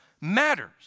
matters